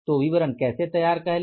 तो विवरण कैसे तैयार करें